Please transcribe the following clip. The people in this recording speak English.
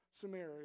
Samaria